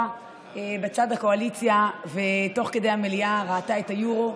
בצד הקואליציה ותוך כדי המליאה ראתה את היורו,